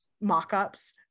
mock-ups